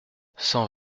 cent